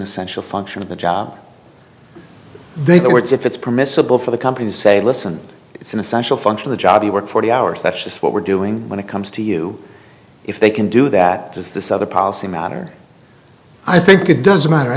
essential function of the job they were it's if it's permissible for the company say listen it's an essential function the job you work forty hours that's just what we're doing when it comes to you if they can do that is this other policy matter i think it does matter i